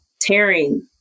tearing